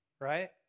right